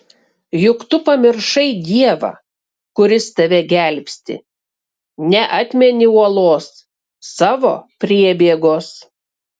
juk tu pamiršai dievą kuris tave gelbsti neatmeni uolos savo priebėgos